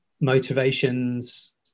motivations